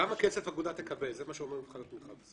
כמה כסף האגודה תקבל, זה מה שאומר מבחן התמיכה.